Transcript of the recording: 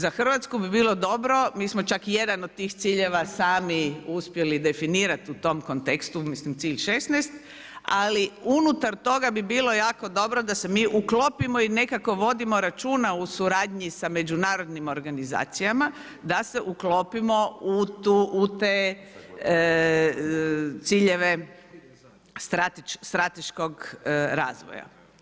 Za Hrvatsku bilo, mi smo čak i jedan od tih ciljeva sami uspjeli definirati u tom kontekstu, mislim cilj 16, ali unutar toga bi bilo jako dobro da se mi uklopimo i nekako vodimo računa u suradnji sa međunarodnim organizacijama da se uklopimo u te ciljeve strateškog razvoja.